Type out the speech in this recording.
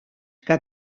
que